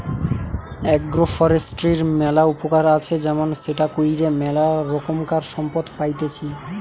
agro ফরেষ্ট্রীর ম্যালা উপকার আছে যেমন সেটা কইরে ম্যালা রোকমকার সম্পদ পাইতেছি